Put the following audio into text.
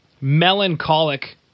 melancholic